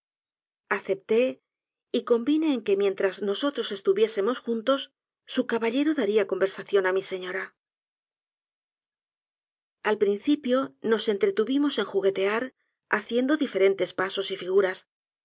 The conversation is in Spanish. acepté y convine en que mientras nosotros estuviésemos juntos su caballero daría conversación á mi señora al principio nos entretuvimos en juguetear haciendo diferentes pasos y figuras